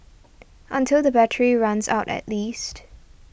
until the battery runs out at least